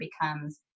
becomes